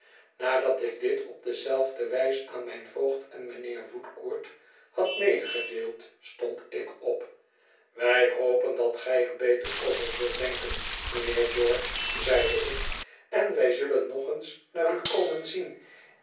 nadat ik dit op dezelfde wijs aan mijn voogd en mijnheer woodcourt had medegedeeld stond ik op wij hopen dat gij er beter over zult denken mijnheer george zeide ik en wij zullen nog eens naar u komen zien